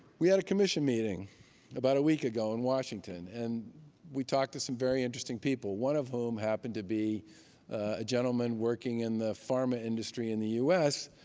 we had a commission meeting about a week ago in washington. and we talked to some very interesting people, one of whom happened to be a gentleman working in the pharma industry in the us.